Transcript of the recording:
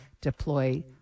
deploy